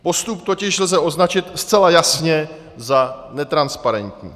Postup totiž lze označit zcela jasně za netransparentní.